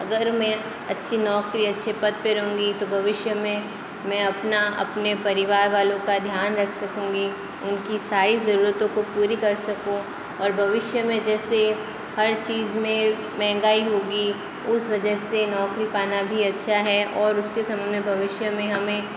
अगर मैं अच्छी नौकरी अच्छे पद पे रहूँगी तो भविष्य में मैं अपना अपने परिवार वालों का ध्यान रख सकूँगी उनकी सारी ज़रूरतों को पूरी कर सकूँ और भविष्य में जैसे हर चीज़ में महंगाई होगी उस वजह से नौकरी पाना भी अच्छा है और उसके समय में भविष्य में हमें